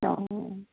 অ'